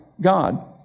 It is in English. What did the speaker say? God